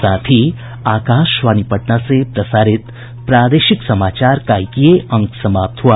इसके साथ ही आकाशवाणी पटना से प्रसारित प्रादेशिक समाचार का ये अंक समाप्त हुआ